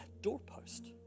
doorpost